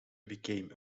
became